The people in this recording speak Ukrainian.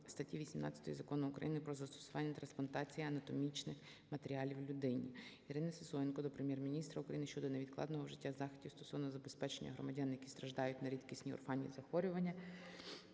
статті 18 Закону України "Про застосування трансплантації анатомічних матеріалів людині". Ірини Сисоєнко до Прем'єр-міністра України щодо невідкладного вжиття заходів стосовно забезпечення громадян, які страждають на рідкісні (орфанні) захворювання